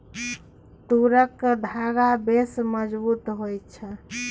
तूरक धागा बेस मजगुत होए छै